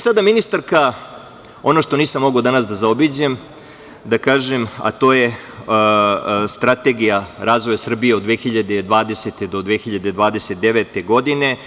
Sada, ministarka, ono što nisam mogao danas da zaobiđem da kažem, a to je Strategija razvoja Srbije od 2020. do 2029. godine.